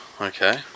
okay